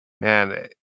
man